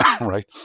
right